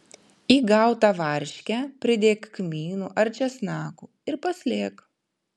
į gautą varškę pridėk kmynų ar česnakų ir paslėk